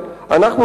הארץ,